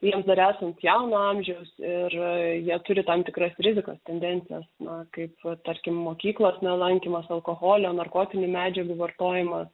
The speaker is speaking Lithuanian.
jiems dar esant jauno amžiaus ir jie turi tam tikras rizikas tendencijas na kaip vat tarkim mokyklos nelankymas alkoholio narkotinių medžiagų vartojimas